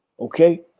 Okay